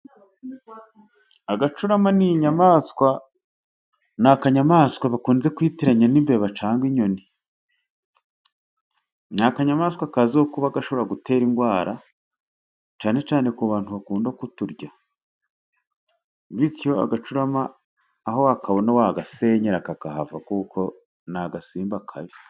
Agacurama ni inyamaswa, ni akanyamaswa bakunze kwitiranya n'imbeba cyangwa inyoni. Ni akanyamaswa kazwiho kuba gashobora gutera indwara cyane cyane ku bantu bakunda kuturya. Bityo agacurama aho wakabona wagasenyera kakahava, kuko ni agasimba kabi.